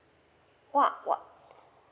!wah! !wah!